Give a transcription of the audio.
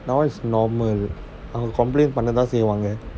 that one is normal அவங்ககம்பளைண்ட்பண்ணதாசெய்வாங்க:avanka complaint pannatha seivaanka